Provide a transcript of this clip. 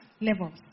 Levels